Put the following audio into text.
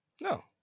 No